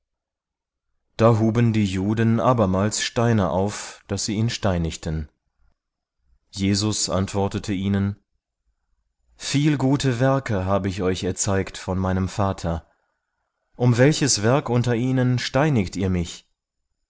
da hoben die juden abermals steine auf daß sie ihn steinigten jesus antwortete ihnen viel gute werke habe ich euch erzeigt von meinem vater um welches werk unter ihnen steinigt ihr mich